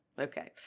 Okay